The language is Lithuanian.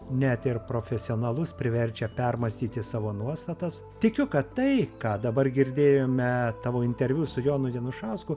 net ir profesionalus priverčia permąstyti savo nuostatas tikiu kad tai ką dabar girdėjome tavo interviu su jonu janušausku